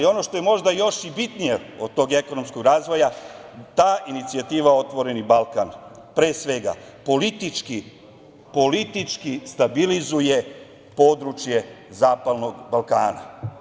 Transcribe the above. Ono što je možda još bitnije od tog ekonomskog razvoja ta inicijativa „Otvoreni Balkan“ pre svega politički stabilizuje područje zapadnog Balkana.